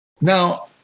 Now